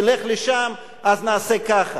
"תלך לשם אז נעשה ככה"